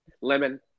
Lemon